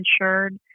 insured